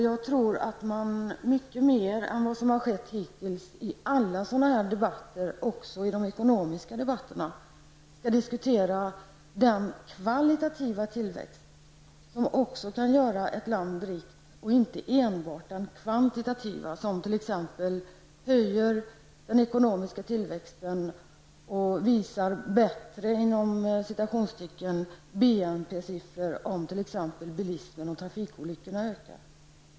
Jag tror att man mycket mer än vad som har skett hittills i alla sådana här debatter, också i de ekonomiska debatterna, skall diskutera den kvalitativa tillväxten som också kan göra ett land rikt, och inte enbart den kvantitativa, som t.ex. höjer den ekonomiska tillväxten och visar ''bättre'' BNP siffror om t.ex. bilismen och trafikolyckorna ökar.